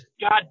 God